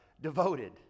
devoted